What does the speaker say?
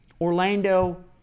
Orlando